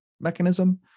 mechanism